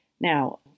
Now